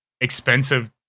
expensive